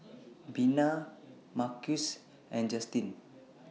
Bina Marquise and Justine